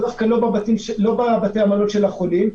דווקא לא בבתי המלון של החולים,